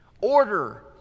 order